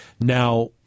now